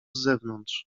zewnątrz